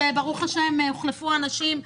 שברוך השם הוחלפו האנשים.